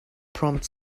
prompt